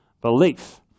belief